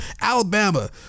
Alabama